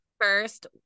first